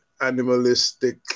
animalistic